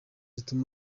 zatumye